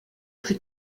plus